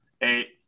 eight